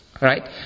right